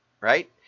right